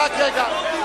דיבור לטרור.